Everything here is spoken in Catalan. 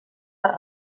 per